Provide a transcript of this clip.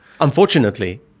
Unfortunately